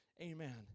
Amen